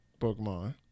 Pokemon